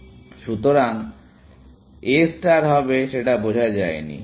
কিন্তু A star হবে সেটা বোঝা যায়নি